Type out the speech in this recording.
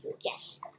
Yes